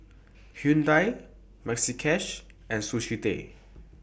Hyundai Maxi Cash and Sushi Tei